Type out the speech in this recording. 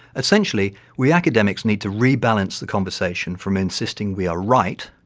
essentially, we academics need to rebalance the conversation from insisting we are right,